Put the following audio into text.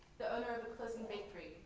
the owner of a closing bakery,